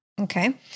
Okay